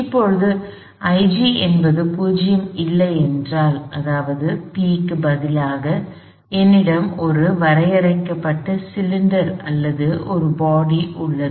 இப்போது IG என்பது 0 இல்லை என்றால் அதாவது P க்கு பதிலாக என்னிடம் ஒரு வரையறுக்கப்பட்ட சிலிண்டர் அல்லது ஒரு பாடி உள்ளது